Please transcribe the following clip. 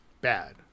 bad